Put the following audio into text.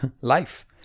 life